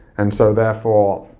and so therefore,